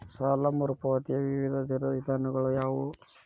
ಸಾಲ ಮರುಪಾವತಿಯ ವಿವಿಧ ವಿಧಾನಗಳು ಯಾವುವು?